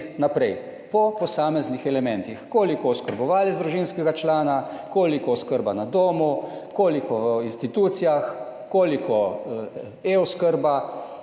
naprej po posameznih elementih, koliko oskrbovalec družinskega člana, koliko oskrba na domu, koliko v institucijah. Koliko e oskrba,